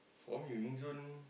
for me Wing-Zone